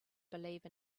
believe